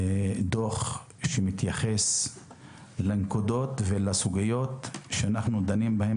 שמתייחס לנקודות ולסוגיות שאנחנו דנים בהן